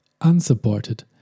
Unsupported